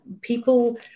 people